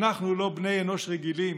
אנחנו לא בני אנוש רגילים,